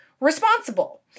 responsible